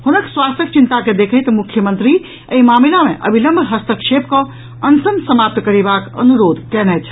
हुनक स्वास्थ्यक चिंता के देखैत मुख्यमंत्री एहि मामिला मे अविलंब हस्तक्षेप कऽ अनशन समाप्त करेबाक अनुरोध कयलनि अछि